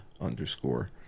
underscore